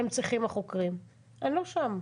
הם צריכים, החוקרים, אני לא שם.